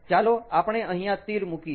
ચાલો આપણે અહીંયા તીર મૂકીએ